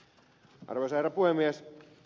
arvoisa herra puhemies